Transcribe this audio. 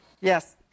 Yes